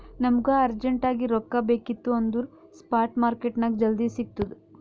ನಮುಗ ಅರ್ಜೆಂಟ್ ಆಗಿ ರೊಕ್ಕಾ ಬೇಕಿತ್ತು ಅಂದುರ್ ಸ್ಪಾಟ್ ಮಾರ್ಕೆಟ್ನಾಗ್ ಜಲ್ದಿ ಸಿಕ್ತುದ್